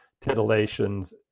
titillations